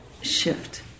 shift